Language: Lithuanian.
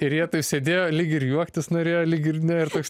ir jie tai sėdėjo lyg ir juoktis norėjo lyg ir ne ir toks